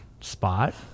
spot